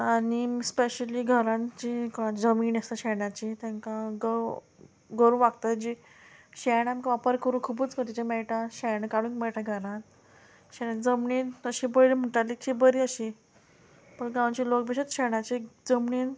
आनी स्पेशली घरान जी जमीन आसता शेणाची तांकां गौ गोरवां हागता तेजी शेण आमकां वापर करूं खुबूच गरजेचें मेळटा शेण काडूंक मेळटा घरान शेणान जमनीन तशी पयली म्हणटाली बरी अशी पूण गांवचे लोक भशेन शेणाची जमनीन